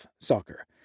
soccer